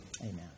amen